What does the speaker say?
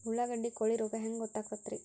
ಉಳ್ಳಾಗಡ್ಡಿ ಕೋಳಿ ರೋಗ ಹ್ಯಾಂಗ್ ಗೊತ್ತಕ್ಕೆತ್ರೇ?